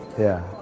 yeah,